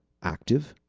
active,